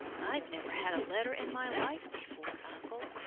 i've never had a letter in my life before, uncle,